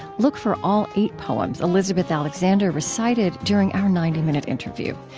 look for all eight poems elizabeth alexander recited during our ninety minute interview.